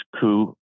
coup